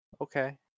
okay